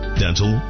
dental